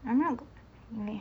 I'm not